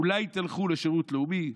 אולי תלכו לשירות לאומי,